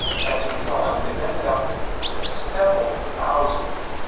as a result, i mean they've ended up with with several thousand